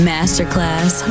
Masterclass